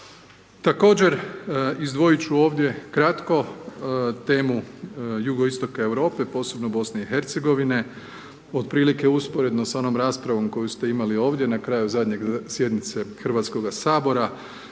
Također, izdvojit ću ovdje kratko temu jugoistoka Europe, posebno BiH. Otprilike usporedno sa onom raspravom koju ste imali ovdje, na kraju zadnje sjednice HS-a da nakon,